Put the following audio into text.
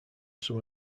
some